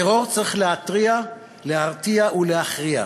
טרור צריך להתריע, להרתיע ולהכריע.